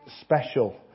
special